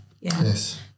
Yes